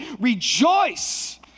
rejoice